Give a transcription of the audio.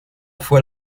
fue